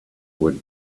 would